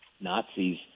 Nazis